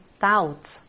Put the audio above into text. doubts